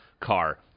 car